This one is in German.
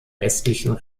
westlichen